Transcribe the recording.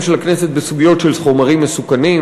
של הכנסת בסוגיות של חומרים מסוכנים.